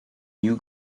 new